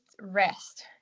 rest